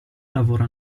lavora